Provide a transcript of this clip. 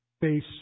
face